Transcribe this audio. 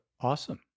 Awesome